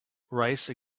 rice